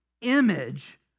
image